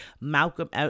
Malcolm